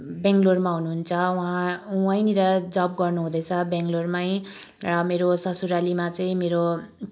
बेङ्गलोरमा हुनुहुन्छ उहाँ वहीँनिर जब गर्नुहुँदैछ बेङ्गलोरमै र मेरो ससुरालीमा चाहिँ मेरो